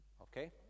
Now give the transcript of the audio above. Okay